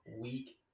Week